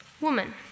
Woman